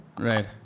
Right